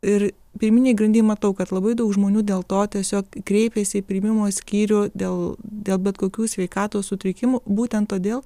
ir pirminėj grandy matau kad labai daug žmonių dėl to tiesiog kreipėsi į priėmimo skyrių dėl dėl bet kokių sveikatos sutrikimų būtent todėl